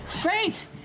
Great